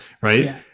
right